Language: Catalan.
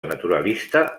naturalista